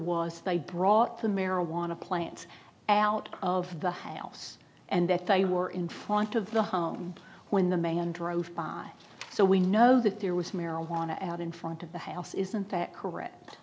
was they brought the marijuana plant out of the house and that they were in front of the home when the man drove by so we know that there was marijuana out in front of the house isn't that correct